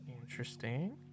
interesting